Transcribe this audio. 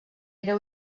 era